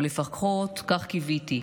או לפחות כך קיוויתי.